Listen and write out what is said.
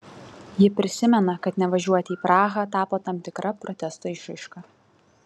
ji prisimena kad nevažiuoti į prahą tapo tam tikra protesto išraiška